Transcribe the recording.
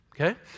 Okay